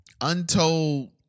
Untold